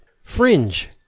fringe